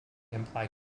imply